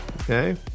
okay